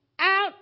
out